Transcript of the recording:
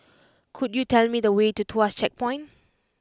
could you tell me the way to Tuas Checkpoint